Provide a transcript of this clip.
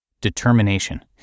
determination